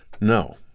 No